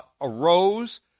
arose